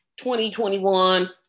2021